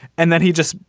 and then he just,